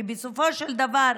כי בסופו של דבר,